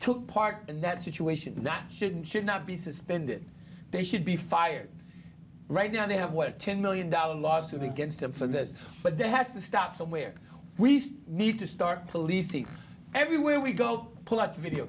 took part in that situation not should and should not be suspended they should be fired right now they have what ten million dollars lawsuit against him for this but there has to stop somewhere we need to start policing everywhere we go pull out video